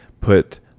put